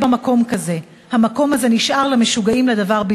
בתקופה הקשה והמכוערת ביותר שידעה מימיה.